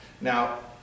Now